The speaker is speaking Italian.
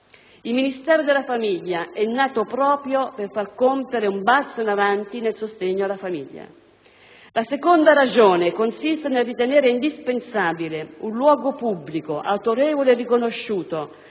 Il Ministero della famiglia è nato proprio per far compiere un balzo in avanti nel sostegno alla famiglia. La seconda ragione consiste nel ritenere indispensabile un luogo pubblico autorevole e riconosciuto